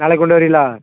நாளைக்கு கொண்டு வரியளா